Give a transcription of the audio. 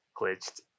glitched